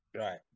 right